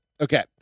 Okay